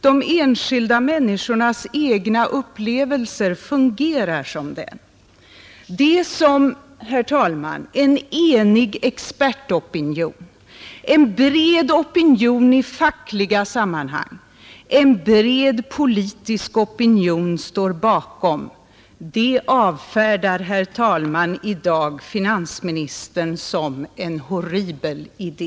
De enskilda människornas egna upplevelser fungerar som en sådan. Det som, herr talman, en enig expertopinion, en bred opinion i fackliga sammanhang och en bred politisk opinion står bakom avfärdas i dag av finansministern som en horribel idé.